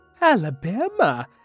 Alabama